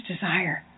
desire